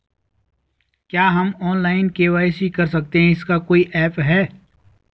क्या हम online KYC कर सकते हैं इसका कोई ऐप है?